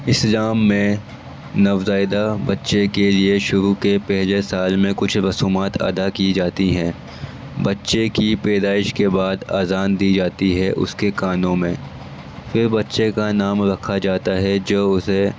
اسلام میں نوزائیدہ بچے کے لیے شروع کے پہلے سال میں کچھ رسومات ادا کی جاتی ہیں بچے کی پیدائش کے بعد آذان دی جاتی ہے اس کے کانوں میں پھر بچے کا نام رکھا جاتا ہے جو اسے